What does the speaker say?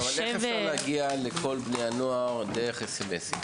אז איך אפשר להגיע לכל בני הנוער דרך הודעות SMS?